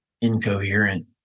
incoherent